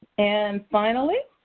and finally,